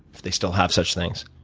if they still have such things?